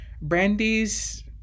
Brandy's